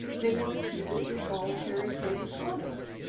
they want to keep it with voluntary codes of conduct.